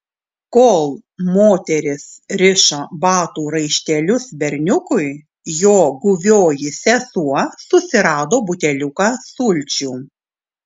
kol moteris rišo batų raištelius berniukui jo guvioji sesuo susirado buteliuką sulčių